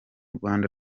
rwanda